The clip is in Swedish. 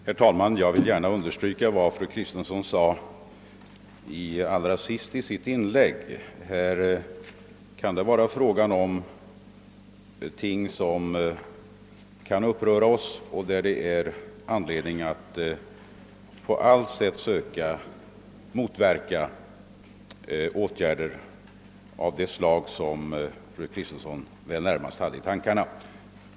Herr talman! Jag vill understryka vad fru Kristensson sade allra sist i sitt inlägg. Det gäller förhållanden som kan göra oss upprörda, och det är anledning att på allt sätt söka motverka företeelser av det slag, som fru Kristensson väl närmast hade i tankarna.